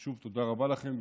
אז שוב תודה רבה לכם,